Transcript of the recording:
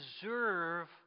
deserve